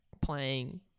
playing